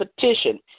petition